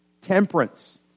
Temperance